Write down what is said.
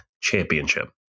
Championship